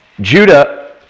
Judah